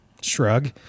Shrug